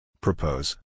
Propose